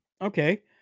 okay